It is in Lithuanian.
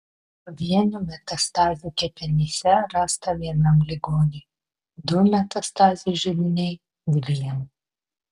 pavienių metastazių kepenyse rasta vienam ligoniui du metastazių židiniai dviem